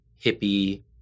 hippie